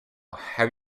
have